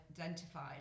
identified